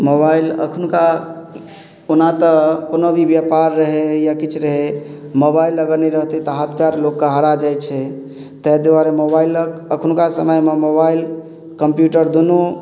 mobile अखुनका ओना तऽ कोनो भी व्यापार रहै या किछु रहै मोबाइल अगर नहि रहतै तऽ हाथ पैर लोकके हरा जाइ छै ताहि दुआरे मोबाइलक अखुनका समयमे मोबाइल कम्प्यूटर दुनू